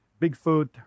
Bigfoot